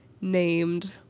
named